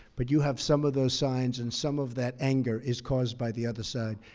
but you have some of those signs, and some of that anger is caused by the other side.